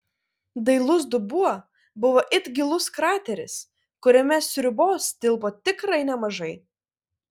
dailus dubuo buvo it gilus krateris kuriame sriubos tilpo tikrai nemažai